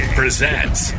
presents